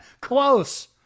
Close